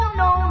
no